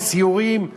בסיורים,